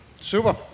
Super